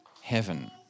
heaven